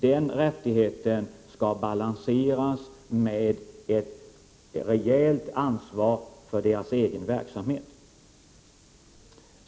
Den rättigheten skall balanseras med ett rejält ansvar för VPC:s egen verksamhet.